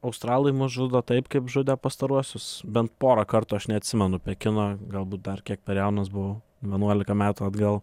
australai mus žudo taip kaip žudė pastaruosius bent porą kartų aš neatsimenu pekino galbūt dar kiek per jaunas buvau vienuolika metų atgal